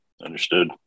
Understood